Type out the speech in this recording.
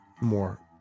more